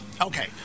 okay